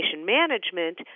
management